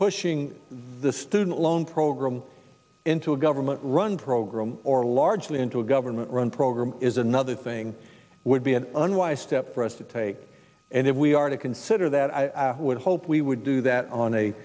pushing the student loan program into a government run program or largely into a government run program is another thing would be an unwise step for us to take and if we are to consider that i would hope we would do that on a